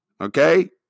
okay